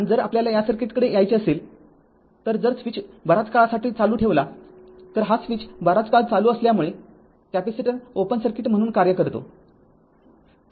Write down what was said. आणि जर आपल्याला या सर्किटकडे यायचे असेल जर स्विच बराच काळासाठी चालू ठेवला हा स्विच बराच काळ चालू असल्यामुळे कॅपेसिटर ओपन सर्किट म्हणून कार्य करतो